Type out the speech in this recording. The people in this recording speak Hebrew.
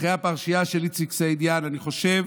אחרי הפרשייה של איציק סעידיאן, אני חושב